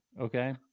Okay